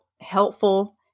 Helpful